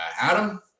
Adam